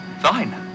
Fine